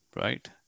right